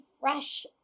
fresh